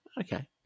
okay